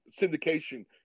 syndication